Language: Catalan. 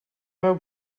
veu